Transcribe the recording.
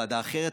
ועדה אחרת,